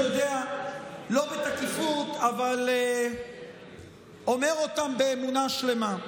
אתה יודע, לא בתקיפות, אבל אומר אותם באמונה שלמה.